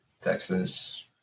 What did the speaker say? Texas